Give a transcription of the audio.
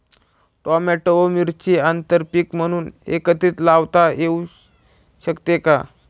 Tomato व मिरची आंतरपीक म्हणून एकत्रित लावता येऊ शकते का?